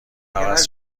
عوض